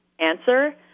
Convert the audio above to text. answer